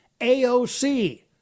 AOC